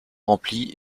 remplis